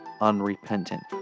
unrepentant